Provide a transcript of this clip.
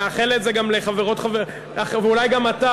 אני מאחל את זה גם לחברות, ואולי גם אתה.